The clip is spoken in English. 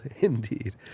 indeed